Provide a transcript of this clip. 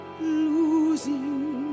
Losing